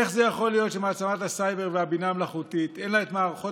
איך זה יכול להיות שלמעצמת הסייבר והבינה המלאכותית אין את מערכות